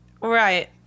Right